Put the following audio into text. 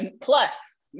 plus